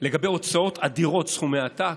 לגבי הוצאות אדירות, סכומי עתק?